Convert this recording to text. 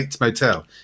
motel